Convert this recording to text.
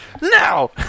Now